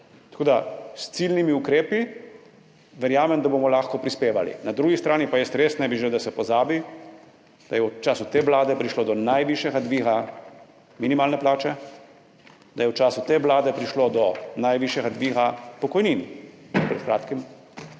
Tako da s ciljnimi ukrepi verjamem, da bomo lahko prispevali. Na drugi strani pa res ne bi želel, da se pozabi, da je v času te vlade prišlo do najvišjega dviga minimalne plače, da je v času te vlade prišlo do najvišjega dviga pokojnin, pred kratkim,